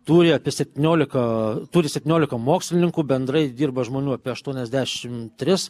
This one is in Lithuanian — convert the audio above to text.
turi apie septyniolika turi septyniolika mokslininkų bendrai dirba žmonių apie aštuoniasdešimt tris